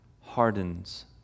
hardens